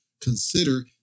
consider